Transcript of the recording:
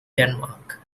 denmark